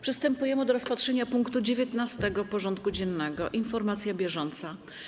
Przystępujemy do rozpatrzenia punktu 19. porządku dziennego: Informacja bieżąca.